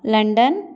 London